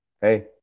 Hey